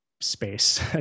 space